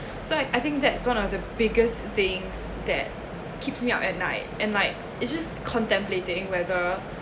so I I think that's one of the biggest things that keeps me up at night and like it's just contemplating whether